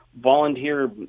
volunteer